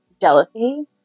jealousy